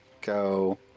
go